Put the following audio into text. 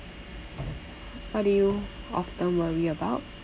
what do you often worry about